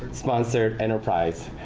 sponsored enterprise.